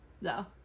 no